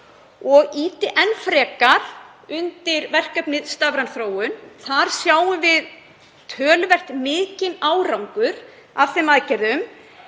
og ýti enn frekar undir verkefnið Stafræn þróun. Við sjáum töluvert mikinn árangur af þeim aðgerðum.